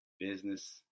business